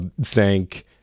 thank